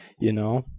you know.